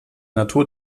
natur